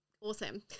awesome